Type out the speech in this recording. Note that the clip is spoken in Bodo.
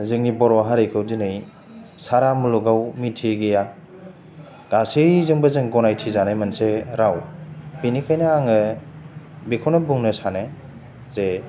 जोंनि बर' हारिखौ दिनै सारा मुलुगाव मिथियै गैया गासैजोंबो जों गनायथिजानाय मोनसे राव बेनिखायनो आङो बेखौनो बुंनो सानो जे